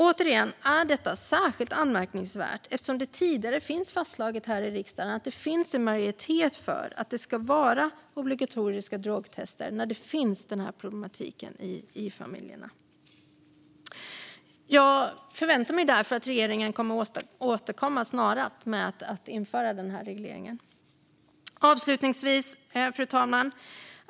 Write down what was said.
Återigen är detta särskilt anmärkningsvärt eftersom det sedan tidigare är fastslaget här i riksdagen att det finns en majoritet för att det ska vara obligatoriska drogtester när den här problematiken finns i familjerna. Jag förväntar mig därför att regeringen kommer att återkomma snarast med att man ska införa denna reglering. Avslutningsvis, fru talman!